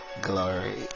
Glory